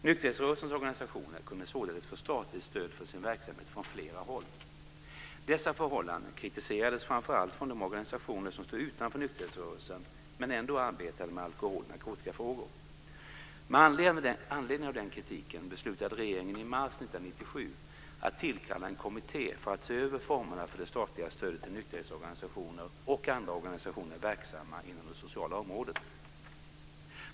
Nykterhetsrörelsens organisationer kunde således få statligt stöd för sin verksamhet från flera håll. Dessa förhållanden kritiserades framför allt från de organisationer som stod utanför nykterhetsrörelsen men ändå arbetade med alkohol och narkotikafrågor. Med anledning av den kritiken beslutade regeringen i mars 1997 att tillkalla en kommitté för att se över formerna för det statliga stödet till nykterhetsorganisationer och andra organisationer verksamma inom det sociala området.